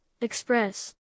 Express